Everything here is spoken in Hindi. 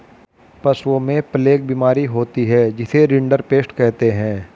पशुओं में प्लेग बीमारी होती है जिसे रिंडरपेस्ट कहते हैं